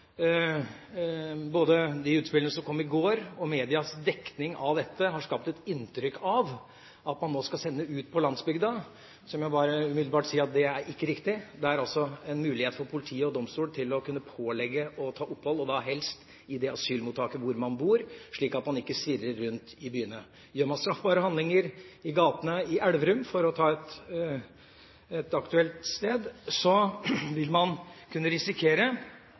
de utspillene som kom i går, og medias dekning av dette, har skapt et inntrykk av at man nå skal sende asylsøkere ut på landsbygda, må jeg umiddelbart si at det er ikke riktig. Det er en mulighet for politi og domstol til å kunne pålegge å ta opphold, og da helst i det asylmottaket hvor man bor, slik at man ikke svirrer rundt i byene. Gjør man straffbare handlinger i gatene i Elverum – for å ta et aktuelt sted – vil man kunne risikere